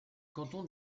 canton